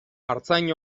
artzain